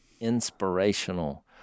inspirational